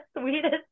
sweetest